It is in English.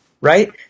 right